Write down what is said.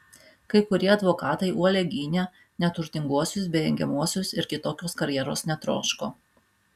kai kurie advokatai uoliai gynė neturtinguosius bei engiamuosius ir kitokios karjeros netroško